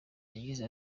yagize